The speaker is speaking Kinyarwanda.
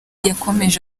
yakomeje